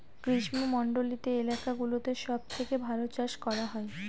গ্রীষ্মমন্ডলীত এলাকা গুলোতে সব থেকে ভালো চাষ করা হয়